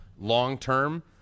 long-term